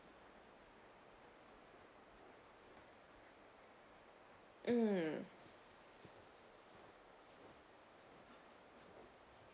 mm